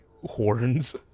horns